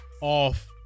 off